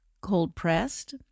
cold-pressed